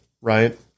Right